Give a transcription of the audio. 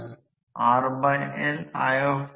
समकक्ष वेगाने चालणार्या रोटर साठी हे आहे